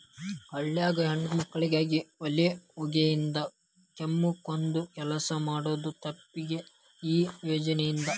ಹಳ್ಯಾಗ ಹೆಣ್ಮಕ್ಕಳಿಗೆ ಒಲಿ ಹೊಗಿಯಿಂದ ಕೆಮ್ಮಕೊಂದ ಕೆಲಸ ಮಾಡುದ ತಪ್ಪಿದೆ ಈ ಯೋಜನಾ ಇಂದ